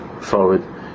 forward